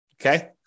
Okay